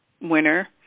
winner